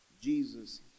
Jesus